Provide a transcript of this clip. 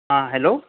हां हॅलो